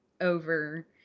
over